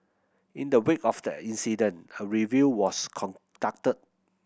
in the wake of the incident a review was conducted